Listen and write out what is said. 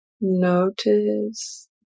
Notice